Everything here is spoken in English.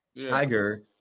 Tiger